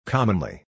Commonly